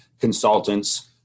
consultants